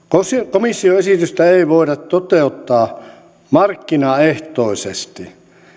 komission esitystä ei voida toteuttaa markkinaehtoisesti